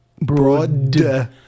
broad